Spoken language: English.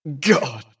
God